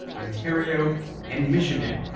ontario and michigan.